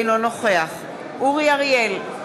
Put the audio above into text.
אינו נוכח אורי אריאל,